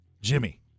Jimmy